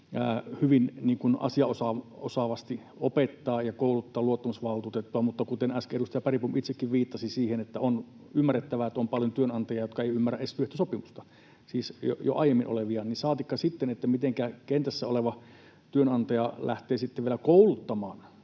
hyvin, asiansa osaavasti opettamaan ja kouluttamaan luottamusvaltuutettua. Mutta kuten äsken edustaja Bergbom itsekin viittasi, on ymmärrettävä, että on paljon työnantajia, jotka eivät ymmärrä edes työehtosopimusta, siis edes aiemmin olevia, saatikka sitten niin, että kentässä oleva työnantaja lähtisi vielä kouluttamaan